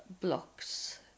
blocks